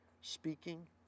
speaking